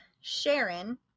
Sharon